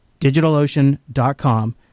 DigitalOcean.com